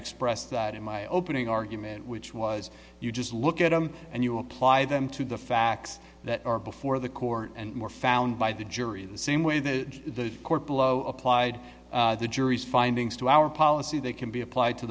expressed that in my opening argument which was you just look at them and you apply them to the facts that are before the court and more found by the jury the same way the court below applied the jury's findings to our policy that can be applied to